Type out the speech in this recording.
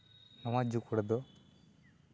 ᱱᱚᱣᱟ ᱡᱩᱠᱷᱚᱲ ᱫᱚ